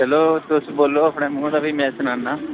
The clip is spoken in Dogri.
चलो तुस बोलो आपने मुहां दा फ्ही में सनानां